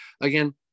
again